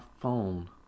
phone